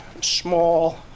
small